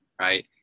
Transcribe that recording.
right